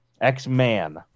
x-man